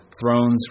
Thrones